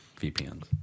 VPNs